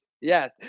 Yes